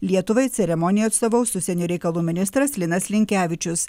lietuvai ceremonijoj atstovaus užsienio reikalų ministras linas linkevičius